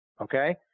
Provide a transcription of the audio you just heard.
Okay